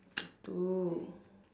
true